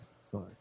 sorry